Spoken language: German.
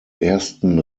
ersten